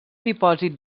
dipòsit